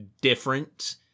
different